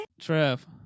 Trev